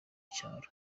cyaro